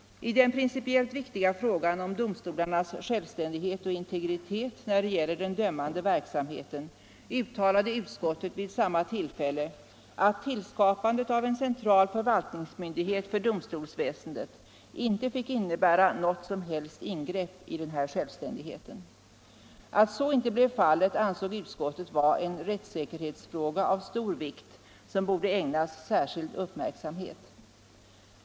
I den principiellt viktiga frågan om domstolarnas självständighet och integritet när det gäller den dömande verksamheten uttalade utskottet vid samma tillfälle att tillskapandet av en central förvaltningsmyndighet för domstolsväsendet icke fick innebära något som helst ingrepp härutinnan. Alt så ej blev fallet ansåg utskottet vara en rättssäkerhetsfråga av stor vikt som borde ägnas särskild uppmärksamhet.